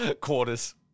quarters